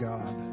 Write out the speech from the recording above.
God